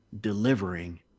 delivering